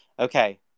Okay